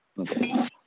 Okay